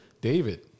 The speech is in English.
David